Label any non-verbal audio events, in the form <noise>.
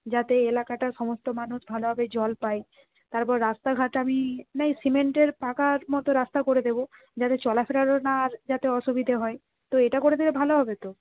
যাতে এলাকাটার সমস্ত মানুষ ভালোভাবে জল পায় তারপর রাস্তাঘাট আমি <unintelligible> সিমেন্টের পাকার মতো রাস্তা করে দেবো যাতে চলাফেরারও না আর যাতে অসুবিধে হয় তো এটা করে দিলে ভালো হবে তো